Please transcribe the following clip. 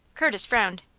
curtis frowned.